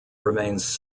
remains